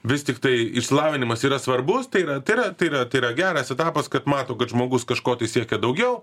vis tiktai išsilavinimas yra svarbus tai yra tai yra tai yra tai yra geras etapas kad mato kad žmogus kažko tai siekia daugiau